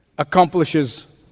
accomplishes